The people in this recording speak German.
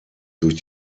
durch